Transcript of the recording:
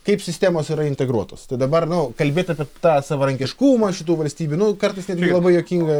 kaip sistemos yra integruotos tai dabar nu kalbėt apie tą savarankiškumą šitų valstybių nu kartais net labai juokinga